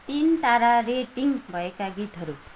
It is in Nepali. तिन तारा रेटिङ भएका गीतहरू